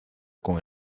con